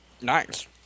Nice